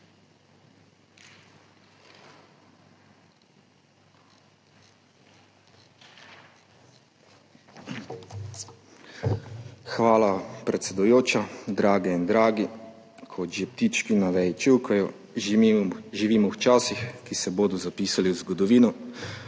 Hvala, predsedujoča. Drage in dragi! Kot že ptički na veji čivkajo, živimo v časih, ki se bodo zapisali v zgodovino